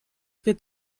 wird